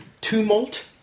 tumult